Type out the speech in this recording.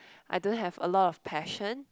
I don't have a lot of passion